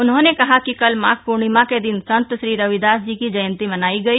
उन्होंने कहा कि कल माघ पूर्णिमा के दिन संत श्री रविदास जी की जयंती मनाई गई